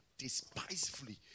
despisefully